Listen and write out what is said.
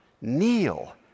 kneel